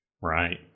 right